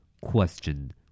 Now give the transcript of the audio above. Question